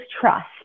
trust